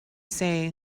say